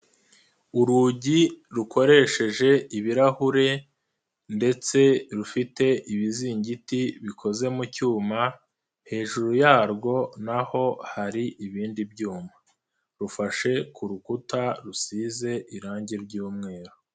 Urugi rukoresheje ibirahure, ndetse rufite ibizingiti bikoze mu cyuma, hejuru yarwo n'aho hari ibindi byuma, rufashe ku rukuta rusize irangi ry'umweru.